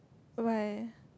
why